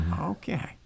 Okay